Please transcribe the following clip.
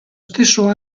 stesso